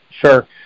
sure